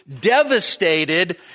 devastated